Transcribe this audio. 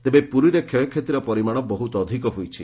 ତେବେ ପୁରୀରେ କ୍ଷୟକ୍ଷତିର ପରିମାଣ ବହୁତ ଅଧିକ ହୋଇଛି